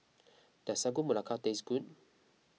does Sagu Melaka taste good